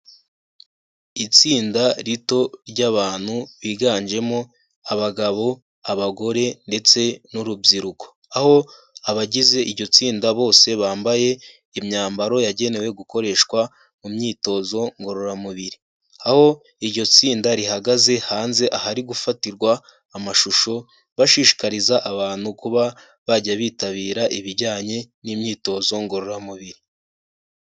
Itsinda rito ry'abantu biganjemo abagabo abagore ndetse n'urubyiruko, aho abagize iryo tsinda bose bambaye imyambaro yagenewe gukoreshwa mu myitozo ngororamubiri, aho iryo tsinda rihagaze hanze ahari gufatirwa amashusho bashishikariza abantu kuba bajya bitabira ibijyanye n'imyitozo ngororamubiri.